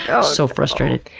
ah so frustrated.